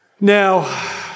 Now